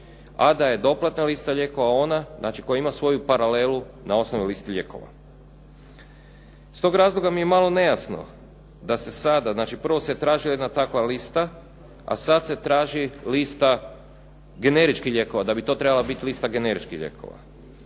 a da je doplatna lista lijekova ona, znači koja ima svoju paralelu na osnovnoj listi lijekova. Iz tog razloga mi je malo nejasno da se sada, znači prvo se traži jedna takva lista a sad se traži lista generičkih lijekova, da bi to trebala biti lista generičkih lijekova.